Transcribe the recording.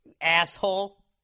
asshole